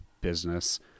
business